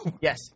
Yes